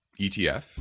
ETF